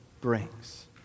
brings